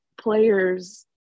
players